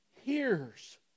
hears